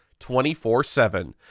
24-7